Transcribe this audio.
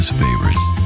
favorites